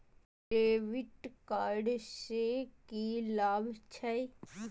डेविट कार्ड से की लाभ छै?